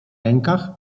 rękach